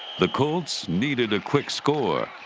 the colts needed a quick score.